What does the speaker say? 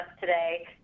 today